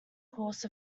course